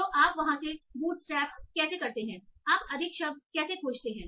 तो आप वहां से बूटस्ट्रैप कैसे करते हैं आप अधिक शब्द कैसे खोजते हैं